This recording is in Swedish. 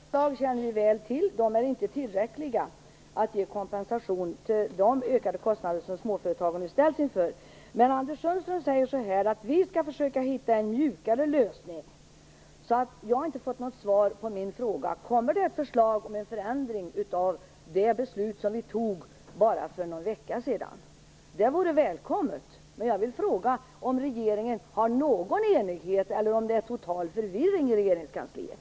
Fru talman! Dessa förslag känner vi väl till. De är inte tillräckliga för att ge kompensation för de ökade kostnader som småföretagarna nu ställs inför. Men Anders Sundström säger så här: Vi skall försöka hitta en mjukare lösning. Jag har inte fått något svar på min fråga: Kommer det ett förslag om en förändring av det beslut som vi fattade för bara någon vecka sedan? Det vore välkommet. Jag vill fråga om regeringen har någon enighet eller om det råder total förvirring i regeringskansliet.